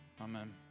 amen